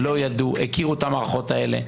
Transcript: לא ידעו?